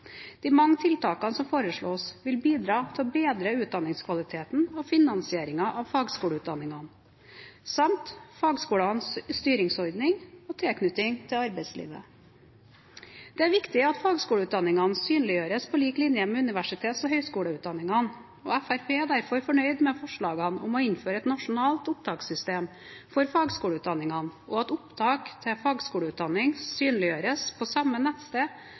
De mange tiltakene som foreslås, vil bidra til å bedre utdanningskvaliteten og finansieringen av fagskoleutdanningene samt fagskolenes styringsordning og tilknytning til arbeidslivet. Det er viktig at fagskoleutdanningene synliggjøres på lik linje med universitets- og høyskoleutdanningene, og Fremskrittspartiet er derfor fornøyd med forslagene om å innføre et nasjonalt opptakssystem for fagskoleutdanningene og at opptak til fagskoleutdanning synliggjøres på samme nettsted